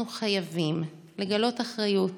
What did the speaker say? אנחנו חייבים לגלות אחריות